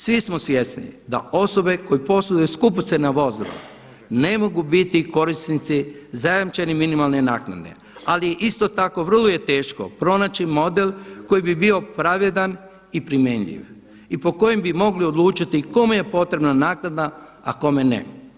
Svi smo svjesni da osobe koje posjeduju skupocjena vozila ne mogu biti korisnici zajamčene minimalne naknade, ali je isto tako vrlo teško pronaći model koji bi bio pravedan i primjenjiv i po kojem bi mogli odlučiti kome je potrebna naknada, a kome ne.